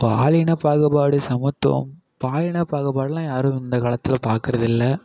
பாலின பாகுபாடு சமத்துவம் பாலின பாகுபாடுலாம் யாரும் இந்த காலத்தில் பார்க்கறதில்ல